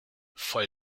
voll